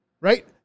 Right